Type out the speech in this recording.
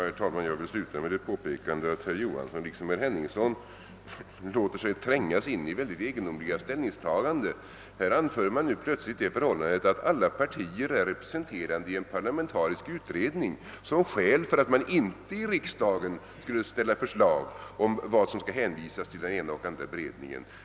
Herr talman! Jag vill avsluta debatten med att påpeka att herr Johansson i Trollhättan liksom herr Henningsson låter sig trängas in i mycket egendomliga ställningstaganden. Här anför man nu plötsligt det förhållandet att alla partier är representerade i en parlamentarisk utredning som skäl för att man inte i riksdagen skulle ställa förslag om vad som skall hänvisas till den ena eller andra beredningen.